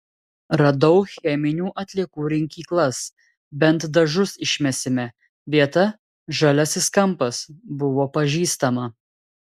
radau cheminių atliekų rinkyklas bent dažus išmesime vieta žaliasis kampas buvo pažįstama